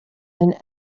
and